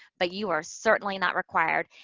but you are certainly not required.